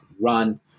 run